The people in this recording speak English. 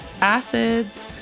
acids